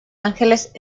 ángeles